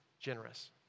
generous